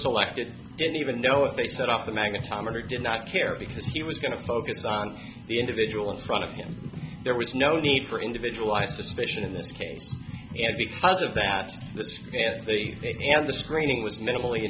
selected didn't even know if they set off the magnetometer did not care because he was going to focus on the individual in front of him there was no need for individual i suspicion in this case and because of that the stand they began the screening was minimally